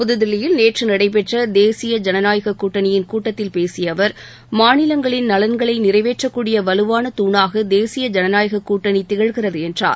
புதுதில்லியில் நேற்று நடைபெற்ற தேசிய ஜனநாயகக் கூட்டணியின் கூட்டத்தில் பேசிய அவர் மாநிலங்களின் நலன்களை நிறைவேற்றக்கூடிய வலுவான தூணாக தேசிய ஜனநாயகக் கூட்டணி திகழ்கிறது என்றார்